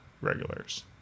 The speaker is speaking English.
regulars